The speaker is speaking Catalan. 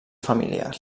familiar